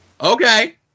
Okay